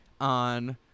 on